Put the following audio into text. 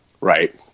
right